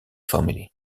family